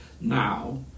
now